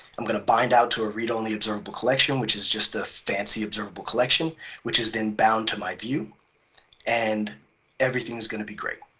i'm going to bind out to a read-only observable collection, which is just a fancy observable collection which is been bound to my view and everything is going to be great.